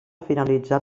finalitzar